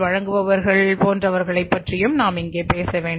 வழங்குபவர்கள் போன்றவர்களை பற்றியும் நாம் இங்கே பேச வேண்டும்